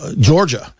Georgia